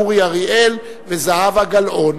אורי אריאל וזהבה גלאון.